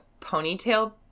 ponytail